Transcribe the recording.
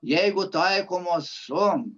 jeigu taikomos su